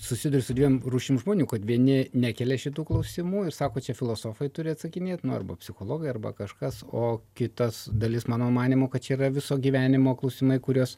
susiduriu su dviem rūšim žmonių kad vieni nekelia šitų klausimų ir sako čia filosofai turi atsakinėt nu arba psichologai arba kažkas o kita dalis mano manymu kad čia yra viso gyvenimo klausimai kuriuos